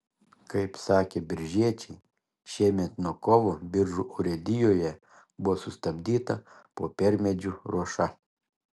kaip sakė biržiečiai šiemet nuo kovo biržų urėdijoje buvo sustabdyta popiermedžių ruoša